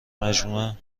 مجموعه